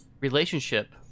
relationship